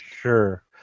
Sure